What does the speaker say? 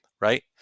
right